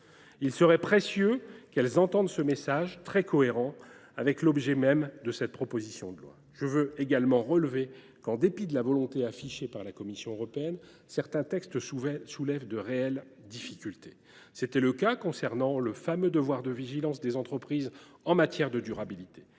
Il serait précieux qu’elles entendent ce message, très cohérent avec l’objet même de cette proposition de loi. Je veux également relever qu’en dépit de la volonté affichée par la Commission européenne, certains textes soulèvent de réelles difficultés. C’était le cas de celui sur le fameux devoir de vigilance des entreprises en matière de durabilité